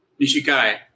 Nishikai